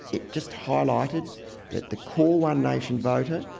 it just highlighted that the core one nation voter,